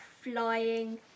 flying